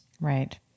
Right